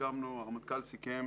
הרמטכ"ל סיכם